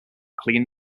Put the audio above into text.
clean